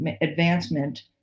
advancement